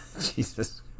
Jesus